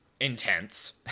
intense